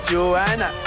Joanna